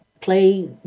play